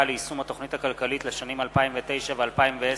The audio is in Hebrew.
ליישום התוכנית הכלכלית לשנים 2009 ו-2010)